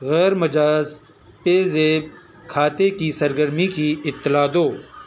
غیر مجاز PayZapp کھاتے کی سرگرمی کی اطلاع دو